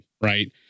right